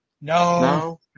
No